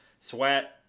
Sweat